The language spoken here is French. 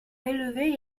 élever